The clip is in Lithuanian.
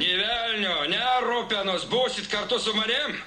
nė velnio ne rupenos būsit kartu su manim